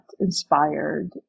inspired